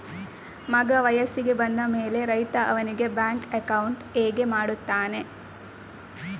ಮಗ ವಯಸ್ಸಿಗೆ ಬಂದ ಮೇಲೆ ರೈತ ಅವನಿಗೆ ಬ್ಯಾಂಕ್ ಅಕೌಂಟ್ ಹೇಗೆ ಮಾಡ್ತಾನೆ?